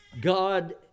God